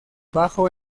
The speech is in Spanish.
bajo